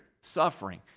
suffering